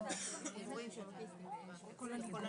זה בדיוק מה שכתוב כאן.